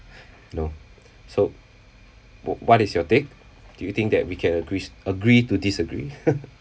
no so w~ what is your take do you think that we can agrees agree to disagree